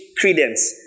credence